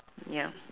ya